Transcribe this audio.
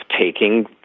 taking